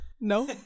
No